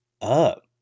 up